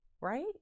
right